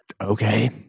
okay